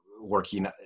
working